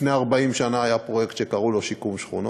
לפני 40 שנה היה פרויקט שקראו לו שיקום שכונות,